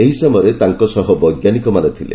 ଏହି ସମୟରେ ତାଙ୍କ ସହ ବୈଜ୍ଞାନିକମାନେ ଥିଲେ